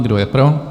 Kdo je pro?